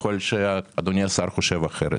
יכול להיות שאדוני השר חושב אחרת.